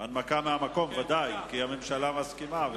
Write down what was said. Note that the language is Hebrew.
כי הממשלה מסכימה.